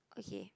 okay